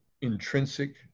intrinsic